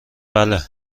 بله